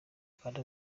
kandi